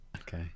Okay